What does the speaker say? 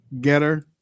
Getter